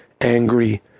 angry